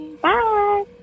Bye